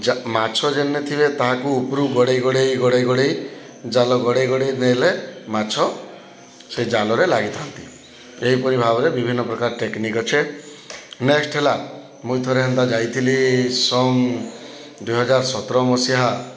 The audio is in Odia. ମାଛ ଯେନ୍ନେ ଥିବେ ତାହାକୁ ଉପରକୁ ଗଡ଼େଇ ଗଡ଼େଇ ଗଡ଼େଇ ଗଡ଼େଇ ଜାଲ ଗଡ଼େଇ ଗଡ଼େଇ ନେଲେ ମାଛ ସେ ଜାଲରେ ଲାଗିଥାନ୍ତି ଏହିପରି ଭାବରେ ବିଭିନ୍ନପ୍ରକାର ଟେକ୍ନିକ୍ ଅଛେ ନେକ୍ସ୍ଟ୍ ହେଲା ମୁଇଁ ଥରେ ହେନ୍ତା ଯାଇଥିଲି ସନ୍ ଦୁଇ ହଜାର ସତର ମସିହା